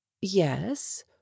yes